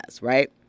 right